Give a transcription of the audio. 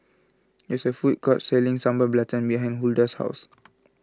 there is a food court selling Sambal Belacan behind Hulda's house